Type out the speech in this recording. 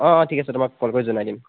অঁ অঁ ঠিক আছে তোমাক কল কৰি জনাই দিম